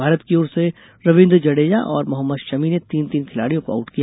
भारत की ओर से रवीन्द्र जडेजा और मोहम्मद शमी ने तीन तीन खिलाड़ियों को आउट किया